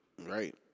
Right